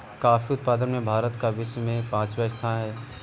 coffee उत्पादन में भारत का विश्व में पांचवा स्थान है